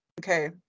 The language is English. Okay